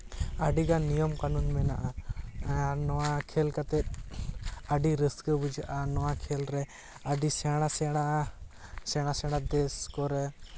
ᱟᱹᱰᱤᱜᱟᱱ ᱱᱤᱭᱚᱢ ᱠᱟᱹᱱᱩᱱ ᱢᱮᱱᱟᱜᱼᱟ ᱟᱨ ᱱᱚᱣᱟ ᱠᱷᱮᱞ ᱠᱟᱛᱮ ᱟᱹᱰᱤ ᱨᱟᱹᱥᱠᱟᱹ ᱵᱩᱡᱷᱟᱹᱜᱼᱟ ᱱᱚᱣᱟ ᱠᱷᱮᱞ ᱨᱮ ᱟᱹᱰᱤ ᱥᱮᱬᱟ ᱥᱮᱬᱟ ᱥᱮᱬᱟ ᱥᱮᱬᱟ ᱫᱮᱥ ᱠᱚᱨᱮ